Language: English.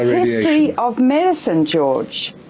history of medicine, george!